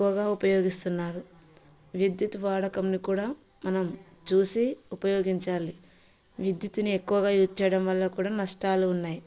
ఎక్కువగా ఉపయోగిస్తున్నారు విద్యుత్ వాడకంని కూడా మనం చూసి ఉపయోగించాలి విద్యుత్ని ఎక్కువగా యూజ్ చేయడం వల్ల కూడా నష్టాలు ఉన్నాయి